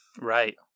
Right